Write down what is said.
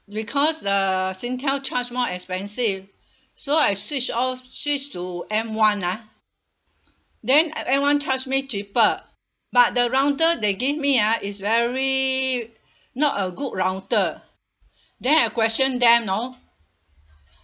because the singtel charge more expensive so I switched off switch m one ah then m one charge me cheaper but the router they gave me ah is very not a good router then I question them know